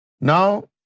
Now